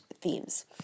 themes